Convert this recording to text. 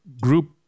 group